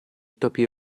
topi